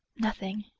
nothing.